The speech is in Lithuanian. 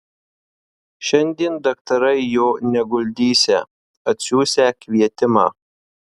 šiandien daktarai jo neguldysią atsiųsią kvietimą